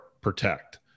protect